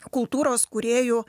kultūros kūrėjų